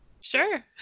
Sure